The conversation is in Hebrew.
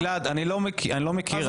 גלעד, אני לא מכיר.